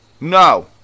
No